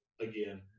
again